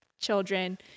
children